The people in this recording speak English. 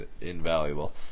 invaluable